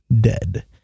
Dead